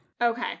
Okay